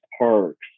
parks